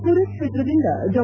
ಪುರಿ ಕ್ಷೇತ್ರದಿಂದ ಡಾ